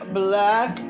black